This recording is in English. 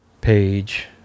page